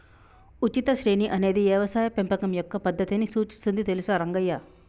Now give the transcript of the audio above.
ఉచిత శ్రేణి అనేది యవసాయ పెంపకం యొక్క పద్దతిని సూచిస్తుంది తెలుసా రంగయ్య